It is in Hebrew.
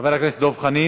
חבר הכנסת דב חנין,